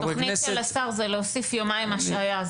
התוכנית של השר, זה להוסיף יומיים השעיה.